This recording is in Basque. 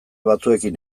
batzuekin